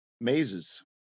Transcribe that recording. Mazes